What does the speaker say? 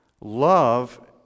love